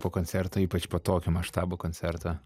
po koncerto ypač po tokio maštabo koncerto